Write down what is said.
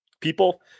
people